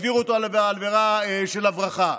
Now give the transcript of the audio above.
העמידו אותו על עבירה של הברחה.